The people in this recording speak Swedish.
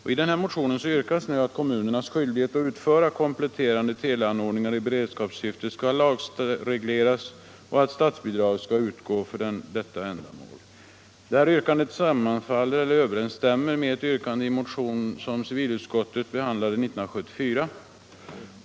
I den motionen yrkas att kommunernas skyldighet att utföra kompletterande teleanordningar i beredskapssyfte skall lagregleras och att statsbidrag skall utgå för detta ändamål. Det yrkandet överensstämmer med yrkandet i en motion som civilutskottet behandlade 1974.